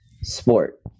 sport